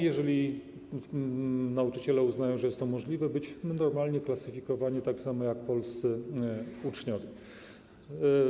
Jeżeli nauczyciele uznają, że jest to możliwe, mogą być klasyfikowani tak samo jak polscy uczniowie.